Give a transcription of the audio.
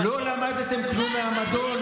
לא למדתם כלום מהמדון?